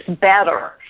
better